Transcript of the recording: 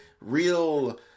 real